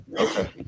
Okay